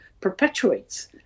perpetuates